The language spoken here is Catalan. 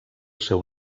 seu